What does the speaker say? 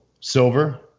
silver